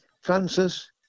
Francis